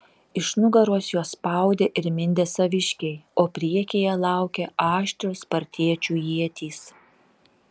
iš nugaros juos spaudė ir mindė saviškiai o priekyje laukė aštrios spartiečių ietys